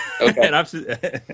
Okay